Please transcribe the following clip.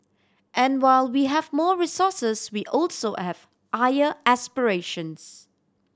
and while we have more resources we also have higher aspirations